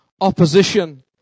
Opposition